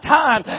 time